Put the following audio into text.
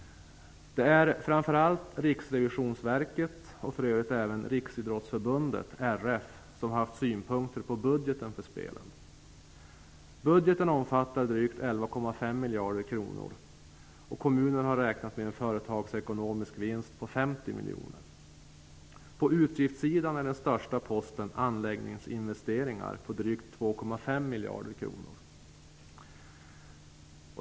Det är framför allt Riksrevisionsverket, och för övrigt även Riksidrottsförbundet, RF, som haft synpunkter på budgeten för spelen. Budgeten omfattar drygt 11,5 miljarder kronor, och kommunen har räknat med en företagsekonomisk vinst på 50 miljoner. På utgiftssidan är den största posten anläggninginvesteringar på drygt 2,5 miljarder kronor.